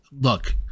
Look